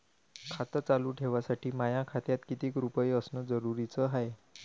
खातं चालू ठेवासाठी माया खात्यात कितीक रुपये असनं जरुरीच हाय?